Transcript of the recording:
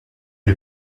lui